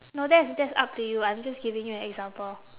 no that's that's up to you I'm just giving you an example